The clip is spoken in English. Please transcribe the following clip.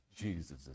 Jesus